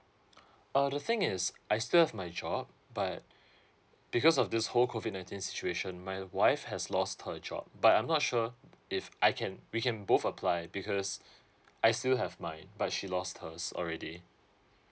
uh the thing is I still have my job but because of this whole COVID nineteen situation my wife has lost her job but I'm not sure if I can we can both apply because I still have mine but she lost hers already